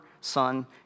Son